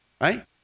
right